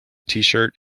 tshirt